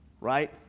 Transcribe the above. right